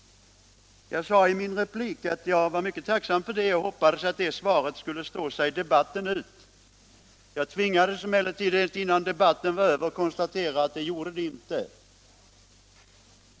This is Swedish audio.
Jag sade i min replik att jag var mycket tacksam för det och hoppades att svaret skulle stå sig debatten ut. Emellertid tvingades jag innan debatten var över konstatera att det gjorde det inte.